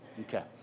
Okay